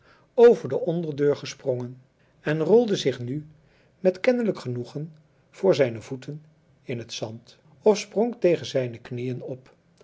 over de onderdeur gesprongen en rolde zich nu met kennelijk genoegen voor zijne voeten in het zand of sprong tegen zijne knieën op